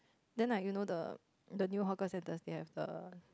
then like you know the the new hawker centre they have the